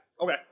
Okay